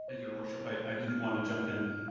your worship, i i didn't want to jump in.